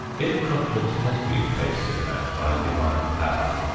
if conscience has been placed in man by a divine power,